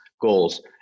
goals